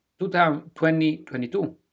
2022